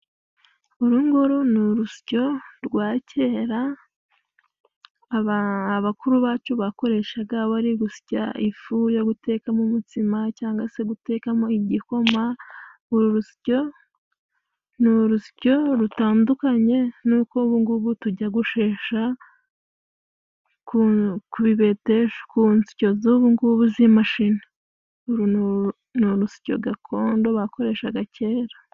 Urunguru ni urusyo rwa kera, abakuru bacu bakoreshaga bari gusya ifu yo gutekamo umutsima ,cyangwa se gutekamo igikoma .Uru rusyo ni urusyo rutandukanye n'uko ubungubu tujya gushesha kunsyo zubungubu z'imashini. Uru ni urusyo gakondo bakoreshaga kera.